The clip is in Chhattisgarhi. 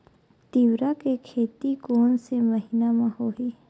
तीवरा के खेती कोन से महिना म होही?